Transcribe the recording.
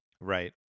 Right